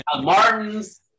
Martins